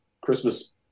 Christmas